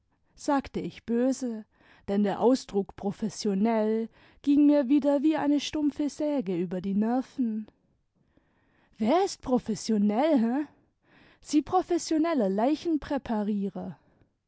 sagte ich böse denn der ausdruck professionell ging mir wieder wie eine stumpfe säge über die nerven wer ist professionell he sie professioneller